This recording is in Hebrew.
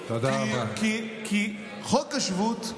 כי חוק השבות,